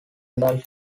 adults